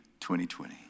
2020